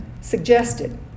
suggested